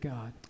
God